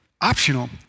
optional